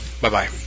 Bye-bye